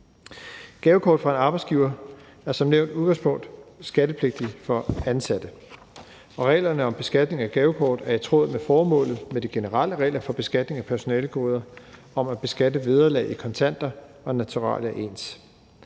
Gavekort fra en arbejdsgiver er som nævnt som udgangspunkt skattepligtige for ansatte, og reglerne om beskatning af gavekort er i tråd med formålet med de generelle regler for beskatning af personalegoder om at beskatte vederlag i kontanter og naturalier ens.